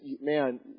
man